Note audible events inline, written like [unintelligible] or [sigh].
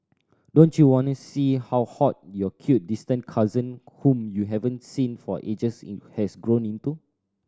don't you wanna see how hot your cute distant cousin whom you haven't seen for ages [unintelligible] has grown into